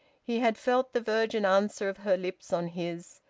he had felt the virgin answer of her lips on his.